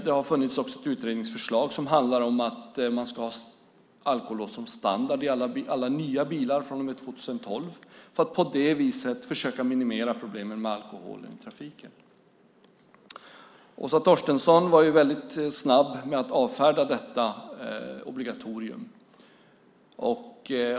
Det har funnits ett utredningsförslag som handlar om att alkolås ska vara standard i alla nya bilar från och med 2012. På det viset kan vi försöka minimera problemen med alkoholen i trafiken. Åsa Torstensson var snabb med att avfärda detta förslag på obligatorium.